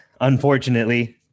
unfortunately